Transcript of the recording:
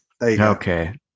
Okay